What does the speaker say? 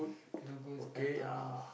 do goods better loh